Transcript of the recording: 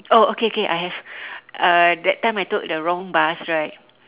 oh okay okay I have uh that time I took the wrong bus right